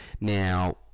Now